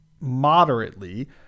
moderately